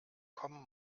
kommen